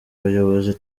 bayobozi